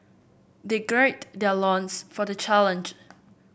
they gird their loins for the challenge